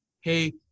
Hey